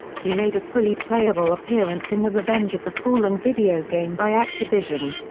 he made a fully playable appearance in the revenge of the fallen video game by activision.